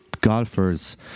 golfers